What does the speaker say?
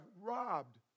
robbed